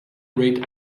rate